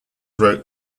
wrote